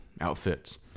outfits